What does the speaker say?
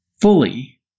fully